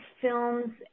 films